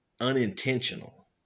unintentional